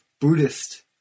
Buddhist